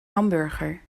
hamburger